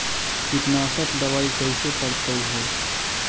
कीटनाशक दबाइ कैसे पड़तै है?